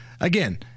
Again